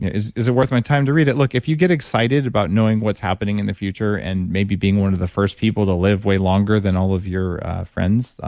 is it worth my time to read it? look, if you get excited about knowing what's happening in the future and maybe being one of the first people to live way longer than all of your friends,